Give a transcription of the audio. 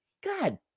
God